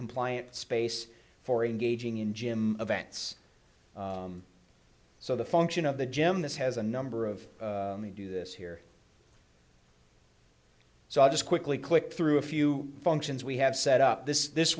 compliant space for engaging in gym events so the function of the gym this has a number of we do this here so i'll just quickly click through a few functions we have set up this this